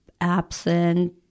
absent